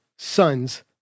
Sons